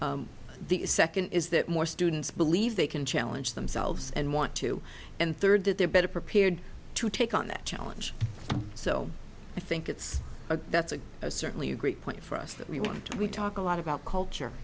p the second is that more students believe they can challenge themselves and want to and third that they're better prepared to take on that challenge so i think it's a that's a certainly a great point for us that we want we talk a lot about culture